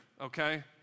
okay